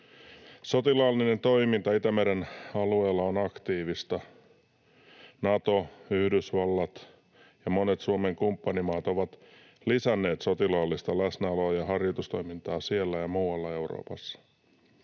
Sotilaallinen toiminta Itämeren alueella on aktiivista. Nato, Yhdysvallat ja monet Suomen kumppanimaat ovat lisänneet sotilaallista läsnäoloa ja harjoitustoimintaa siellä ja muualla Euroopassa.